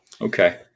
Okay